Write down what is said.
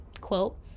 quote